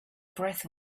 breath